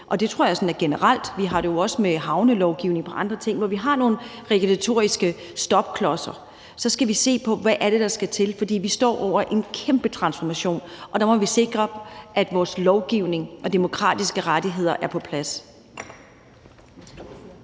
og det tror jeg sådan er generelt, vi har det jo også med hensyn til havnelovgivningen og et par andre ting, hvor vi har nogle regulatoriske stopklodser – så skal vi se på, hvad det er, der skal til. For vi står over for en kæmpe transformation, og der må vi sikre, at vores lovgivning og demokratiske rettigheder er på plads.